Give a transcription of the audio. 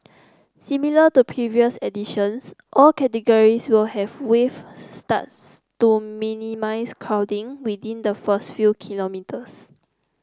similar to previous editions all categories will have wave starts to minimise crowding within the first few kilometres